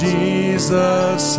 Jesus